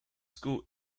school